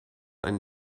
ein